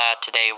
today